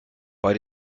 bei